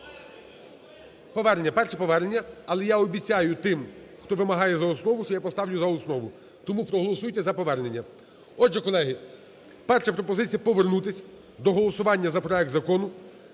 Повернення. Перше – повернення. Але я обіцяю тим, хто вимагає за основу, що я поставлю за основу. Тому проголосуйте за повернення. Отже, колеги, перша пропозиція повернутись до голосування за проект Закону